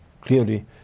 clearly